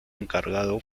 encargado